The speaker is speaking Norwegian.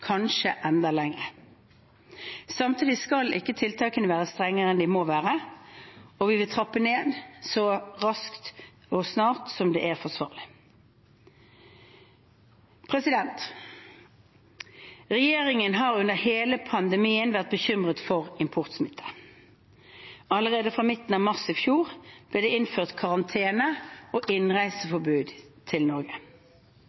kanskje enda lenger. Samtidig skal ikke tiltakene være strengere enn de må være, og vi vil trappe ned så snart det er forsvarlig. Regjeringen har under hele pandemien vært bekymret for importsmitte. Allerede fra midten av mars i fjor ble det innført karantene og